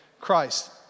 christ